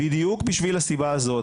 בדיוק מהסיבה הזאת,